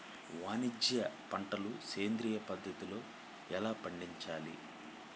వాణిజ్య పంటలు సేంద్రియ పద్ధతిలో ఎలా పండించాలి?